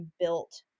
built